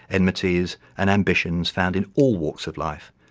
enmities and ambitions found in all walks of life,